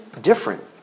different